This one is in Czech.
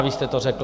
Vy jste to řekl.